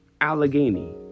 Allegheny